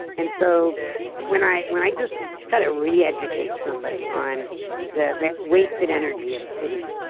and so when i when i just try to reeducate somebody on the the wasted energy of pity,